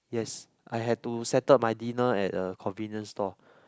yes I had to settled my dinner at a convenience store